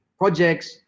projects